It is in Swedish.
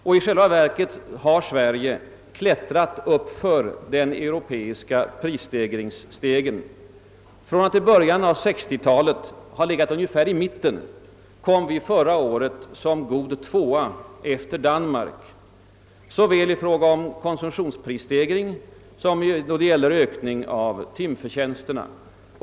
I själva verket har Sverige klättrat uppför den europeiska prisstegringsstegen: från att i början av 1960-talet ha legat ungefär i mitten kom vi förra året som god tvåa efter Danmark i fråga om såväl konsumtionsprisstegring som ökning av timförtjänsterna.